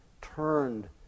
turned